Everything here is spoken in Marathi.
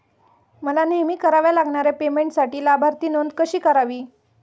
मला नेहमी कराव्या लागणाऱ्या पेमेंटसाठी लाभार्थी नोंद कशी करावी?